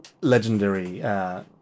legendary